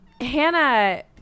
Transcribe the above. Hannah